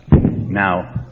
Now